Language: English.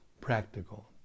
practical